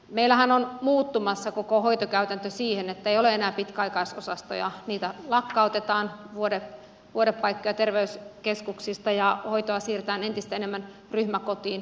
meillähän on muuttumassa koko hoitokäytäntö siihen että ei ole enää pitkäaikaisosastoja vuodepaikkoja terveyskeskuksista lakkautetaan vuoden tuoda vaikka terveys keskuksista ja hoitoa siirretään entistä enemmän ryhmäkoteihin